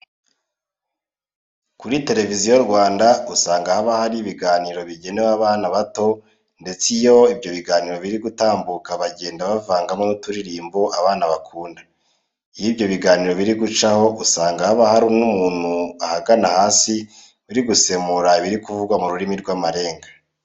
Kuri Televiziyo Rwanda usanga haba hari ibiganiro bigenewe abana bato ndetse iyo ibyo biganiro biri gutambuka bagenda bavangamo n'uturirimbo abana bakunda. Iyo ibi biganiro biri gucaho usanga haba hari n'umuntu ahagana hasi uri gusemura ibiri kuvugwa mu rurimi rw'amarenga.